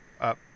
up